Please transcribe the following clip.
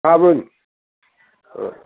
गाबोन